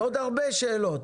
ועוד הרבה שאלות.